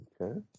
Okay